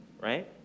right